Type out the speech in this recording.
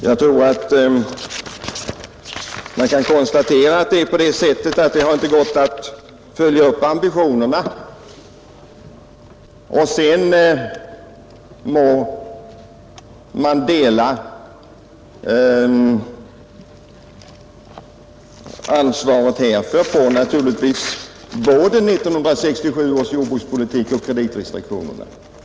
Jag tror att man kan konstatera att det inte gått att följa upp ambitionerna, Sedan må man naturligtvis fördela ansvaret för detta både på utformningen av 1967 års jordbrukspolitik och på kreditrestriktionerna.